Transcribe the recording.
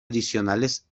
adicionales